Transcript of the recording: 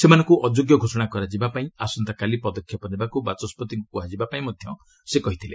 ସେମାନଙ୍କୁ ଅଯୋଗ୍ୟ ଘୋଷଣା କରାଯିବା ପାଇଁ ଆସନ୍ତାକାଲି ପଦକ୍ଷେପ ନେବାକୃ ବାଚସ୍କତିଙ୍କୁ କୃହାଯିବା ପାଇଁ ମଧ୍ୟ ସେ କହିଥିଲେ